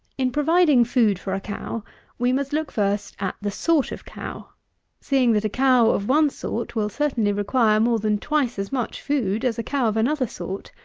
in providing food for a cow we must look, first, at the sort of cow seeing that a cow of one sort will certainly require more than twice as much food as a cow of another sort.